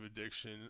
addiction